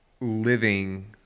living